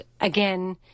again